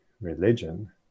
religion